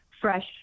fresh